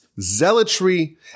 Zealotry